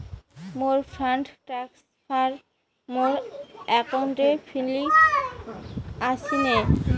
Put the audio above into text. মোর fund transfer মোর অ্যাকাউন্টে ফিরি আশিসে